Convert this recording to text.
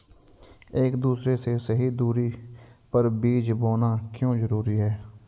एक दूसरे से सही दूरी पर बीज बोना क्यों जरूरी है?